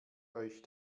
euch